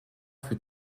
fut